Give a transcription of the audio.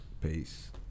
Peace